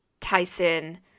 Tyson